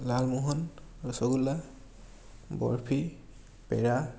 Lalmohan rasgulla barfi পেৰা